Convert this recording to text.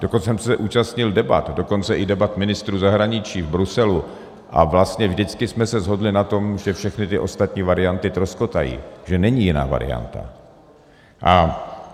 Dokonce jsem se účastnil debat, dokonce i debat ministrů zahraničí v Bruselu, a vlastně vždycky jsme se shodli na tom, že všechny ty ostatní varianty troskotají, že není jiná varianta.